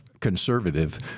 conservative